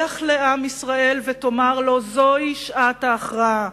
לך לעם ישראל ותאמר לו: זוהי שעת ההכרעה.